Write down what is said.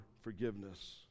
forgiveness